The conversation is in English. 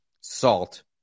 salt